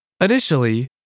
Initially